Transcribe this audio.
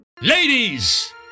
Ladies